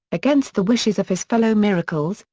against the wishes of his fellow miracles,